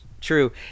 true